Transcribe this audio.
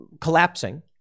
collapsing